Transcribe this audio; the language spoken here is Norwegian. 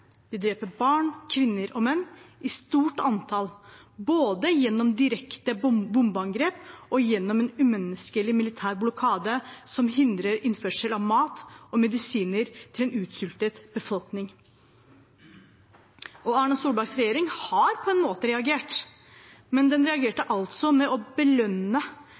De dreper barn, kvinner og menn i stort antall, både gjennom direkte bombeangrep og gjennom en umenneskelig militær blokade som hindrer innførsel av mat og medisiner til en utsultet befolkning. Erna Solbergs regjering har på en måte reagert. Men den reagerte altså med å belønne